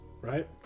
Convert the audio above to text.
right